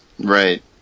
Right